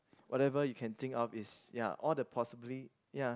whatever you can think of is ya all the possibly ya